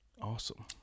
Awesome